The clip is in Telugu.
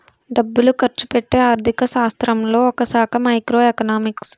డబ్బులు ఖర్చుపెట్టే ఆర్థిక శాస్త్రంలో ఒకశాఖ మైక్రో ఎకనామిక్స్